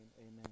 amen